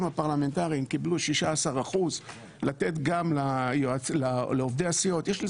הפרלמנטריים קיבלו 16% לתת גם לעובדי הסיעות יש לקשר